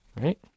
right